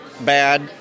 bad